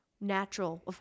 natural